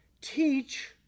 teach